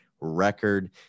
record